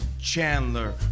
Chandler